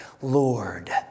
Lord